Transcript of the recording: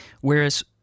Whereas